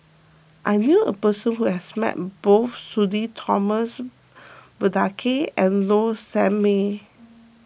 I knew a person who has met both Sudhir Thomas Vadaketh and Low Sanmay